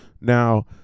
Now